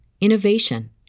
innovation